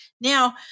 Now